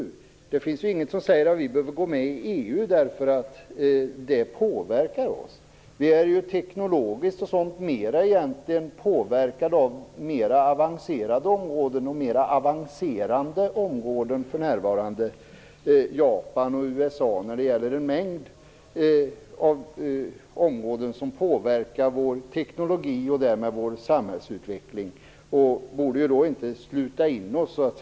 Det finns inget som säger att vi behöver gå med i EU därför att EU påverkar oss. Vi är egentligen mera påverkade av Japan och USA på mera avancerade och avancerande områden. Vår teknologi och därmed vår samhällsutveckling påverkas på en mängd områden av detta.